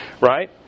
right